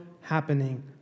happening